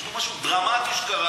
יש פה משהו דרמטי שקרה.